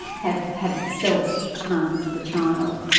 have have itself harmed the child.